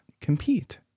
compete